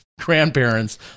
grandparents